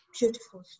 beautiful